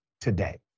today